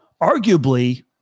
arguably